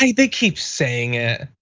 they they keep saying it,